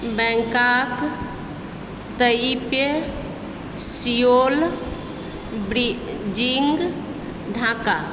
Bangkok Taipei Seoul Beijing Dhaka